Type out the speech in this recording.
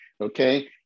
okay